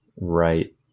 Right